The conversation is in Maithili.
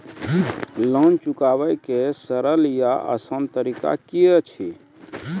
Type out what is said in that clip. लोन चुकाबै के सरल या आसान तरीका की अछि?